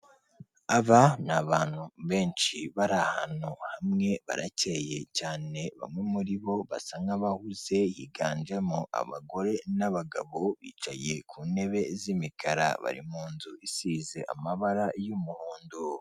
Aba ni abantu benshi bari ahantu hamwe baracyeye cyane, bamwe muri bo basa nk'abahuze higanjemo abagore n'abagabo, bicaye ku ntebe z'imikara, bari mu nzu isize amabara y'umuhondo.